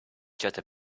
just